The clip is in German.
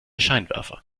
scheinwerfer